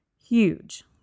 huge